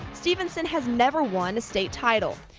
stephenson has never won a state title.